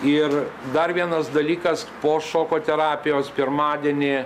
ir dar vienas dalykas po šoko terapijos pirmadienį